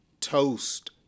Toast